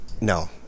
No